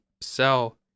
sell